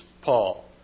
Paul